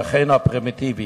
לאחינו הפרימיטיביים.